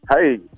Hey